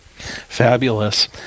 Fabulous